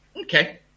Okay